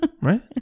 right